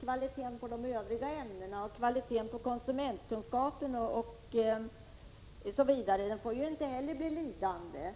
Kvaliteten på de övriga ämnena, på konsumentkunskapen osv. , får ju inte heller bli lidande.